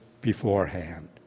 beforehand